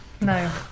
No